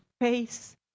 face